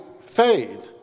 faith